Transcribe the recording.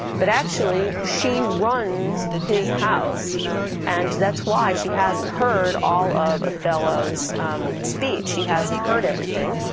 but actually she runs his house and that's why she hasn't heard all of othello's speech she hasn't heard everything.